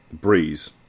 Breeze